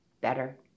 better